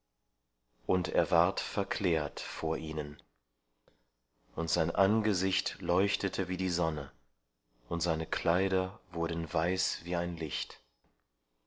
und er ward verklärt vor ihnen und sein angesicht leuchtete wie die sonne und seine kleider wurden weiß wie ein licht